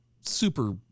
super